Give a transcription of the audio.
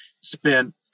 spent